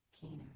keener